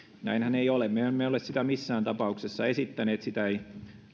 näinhän ei ole me emme ole sitä missään tapauksessa esittäneet sitä ei